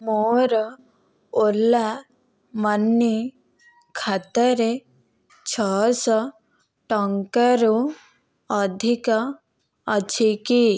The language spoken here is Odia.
ମୋ'ର ଓଲା ମନି ଖାତାରେ ଛଅଶହ ଟଙ୍କାରୁ ଅଧିକ ଅଛି କି